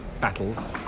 Battles